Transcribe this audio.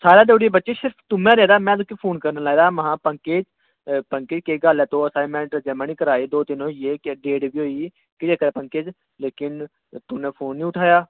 सारें देई ओड़ी बच्चे सिर्फ तूहैं रौंह्दा में तुकी फोन करने लाए दा हा महा पंकज पंकज केह् गल्ल ऐ तू असाईनमेंट जमां निं कराई दो दिन होई गे डेट बी होई केह् चक्कर ऐ पंकज लेकिन तूने फोन निं उठाया